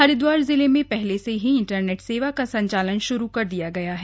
हरिद्वार जिले में पहले ही इंटरनेट सेवा का संचालन श्रू कर दिया गया है